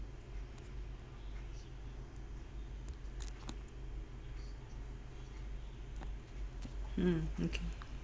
um okay